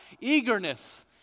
eagerness